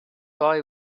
boy